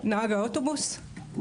נהג האוטובוס?